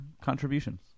contributions